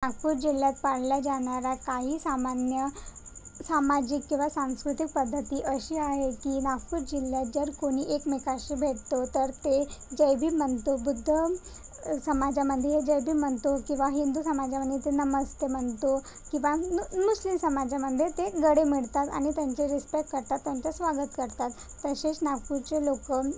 नागपूर जिल्ह्यात पाळला जाणारा काही सामान्य सामाजिक किंवा सांस्कृतिक पद्धती अशी आहे की नागपूर जिल्ह्यात जर कोणी एकमेकाशी भेटतो तर ते जय भीम म्हणतो बुद्ध समाजामध्ये जय भीम म्हणतो किंवा हिंदू समाजामध्ये ते नमस्ते म्हणतो की बा नु नुस्लिम समाजामध्ये ते गळे मिळतात आणि त्यांचे रिस्पेक करतात त्यांचे स्वागत करतात तसेच नागपूरचे लोक